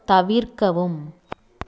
தவிர்க்கவும்